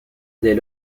dès